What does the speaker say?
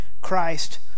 Christ